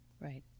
Right